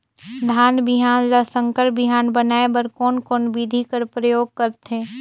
धान बिहान ल संकर बिहान बनाय बर कोन कोन बिधी कर प्रयोग करथे?